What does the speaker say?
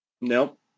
Nope